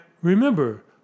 remember